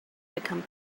become